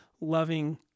loving